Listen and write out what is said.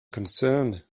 concerned